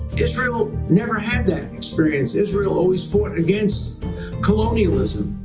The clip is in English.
israel never had that experience. israel always fought against colonialism.